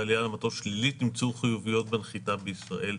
בעלייה למטוס נמצאו חיוביות בנחיתה בישראל.